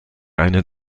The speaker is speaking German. eine